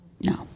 No